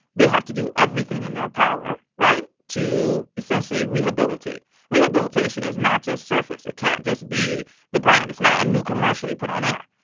they have to do everything in their power right? to, essentially, rehabilitate rehabilitation is not just surface. it can't just be the brand. it's not a new commercial you put on air.